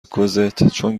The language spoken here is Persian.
کوزتچون